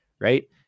right